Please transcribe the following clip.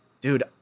dude